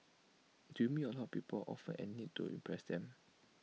do you meet A lot of people often and need to impress them